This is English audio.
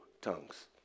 tongues